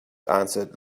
answered